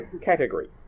category